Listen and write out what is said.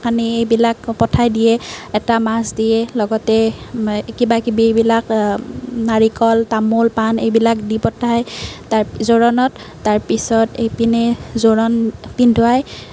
কানি এইবিলাক পঠাই দিয়ে এটা মাছ দিয়ে লগতে কিবা কিবিবিলাক নাৰিকল তামুল পাণ এইবিলাক দি পঠায় তাৰ পিছত জোৰোণত তাৰ পিছত এইপিনে জোৰোণ পিন্ধোৱাই